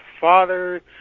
father